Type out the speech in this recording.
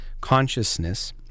consciousness